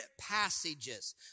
passages